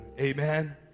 Amen